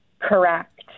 Correct